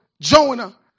Jonah